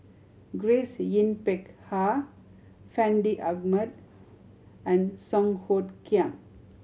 Grace Yin Peck Ha Fandi Ahmad and Song Hoot Kiam